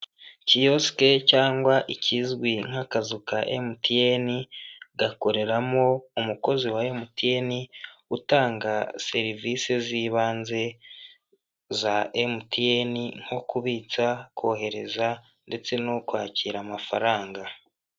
Kiyosike cyangwa ikizwi nk'akazu ka MTN gakoreramo umukozi wa MTN utanga serivise z'ibanze za MTN nko kubitsa, kohereza ndetse no kwakira amafaranga.